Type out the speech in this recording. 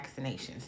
vaccinations